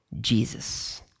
Jesus